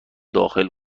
داخل